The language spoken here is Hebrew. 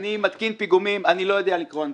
אני מתקין פיגומים ואיני יודע לקרוא אנגלית,